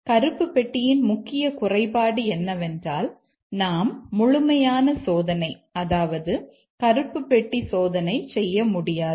கருப்பு பெட்டியின் முக்கிய குறைபாடு என்னவென்றால் நாம் முழுமையான சோதனை அதாவது கருப்பு பெட்டி சோதனை செய்ய முடியாது